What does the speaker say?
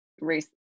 race